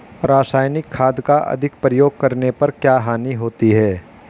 रासायनिक खाद का अधिक प्रयोग करने पर क्या हानि होती है?